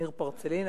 ניר פרצלינה,